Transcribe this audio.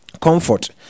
comfort